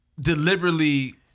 deliberately